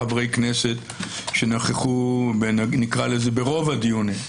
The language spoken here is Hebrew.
חמישה חברי כנסת שנכחו ברוב הדיונים.